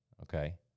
okay